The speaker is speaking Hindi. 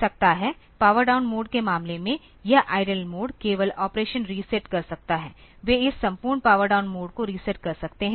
सकता है पावर डाउन मोड के मामले में यह आईडील मोड केवल ऑपरेशन रीसेट कर सकता है वे इस संपूर्ण पावर डाउन मोड को रीसेट कर सकते हैं